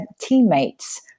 teammates